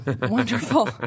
wonderful